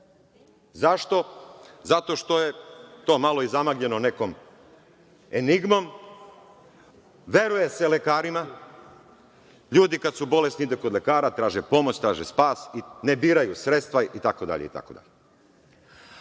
Zašto? Zato što je to malo i zamagljeno nekom enigmom. Veruje se lekarima. LJudi kad su bolesni idu kod lekara, traže pomoć, traže spas, ne biraju sredstva itd,